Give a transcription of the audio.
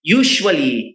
usually